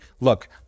look